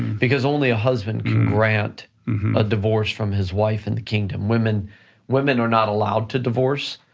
because only a husband can grant a divorce from his wife and the kingdom, women women are not allowed to divorce,